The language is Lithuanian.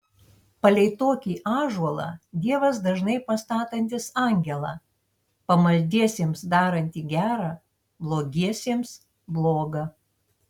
palei tokį ąžuolą dievas dažnai pastatantis angelą pamaldiesiems darantį gera blogiesiems bloga